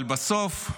אבל בסוף,